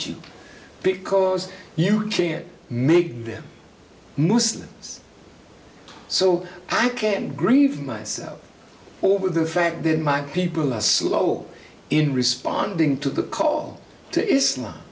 you because you can't make them muslims so i can grieve myself over the fact that my people a slow in responding to the call to islam